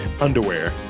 Underwear